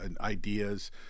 ideas